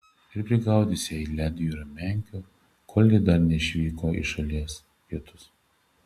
ir prigaudys jai ledjūrio menkių kol ji dar neišvyko į šalies pietus